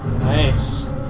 Nice